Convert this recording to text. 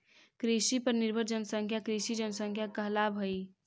कृषि पर निर्भर जनसंख्या कृषि जनसंख्या कहलावऽ हई